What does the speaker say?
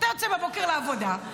אתה יוצא בבוקר לעבודה,